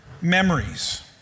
Memories